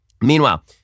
meanwhile